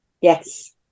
Yes